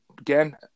again